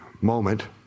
moment